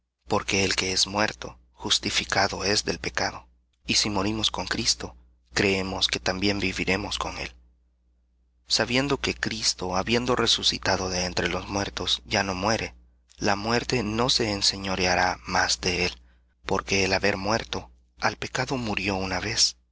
porque el que es muerto justificado es del pecado y si morimos con cristo creemos que también viviremos con él sabiendo que cristo habiendo resucitado de entre los muertos ya no muere la muerte no se enseñoreará más de él porque el haber muerto al pecado murió una vez